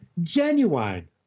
genuine